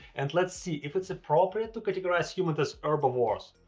and let's see if it's appropriate to categorize humans as herbivores,